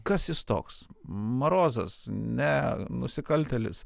kas jis toks marozas ne nusikaltėlis